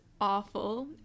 awful